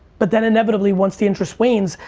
but then inevitably once the interest wanes,